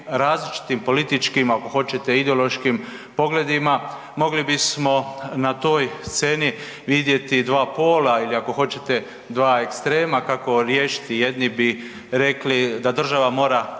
različitim političkim ako hoćete i ideološkim pogledima, mogli bismo na toj sceni vidjeti dva pola ili ako hoćete dva ekstrema kako riješiti, jedni bi rekli da da država mora